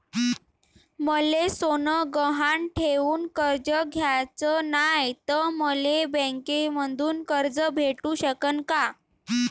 मले सोनं गहान ठेवून कर्ज घ्याचं नाय, त मले बँकेमधून कर्ज भेटू शकन का?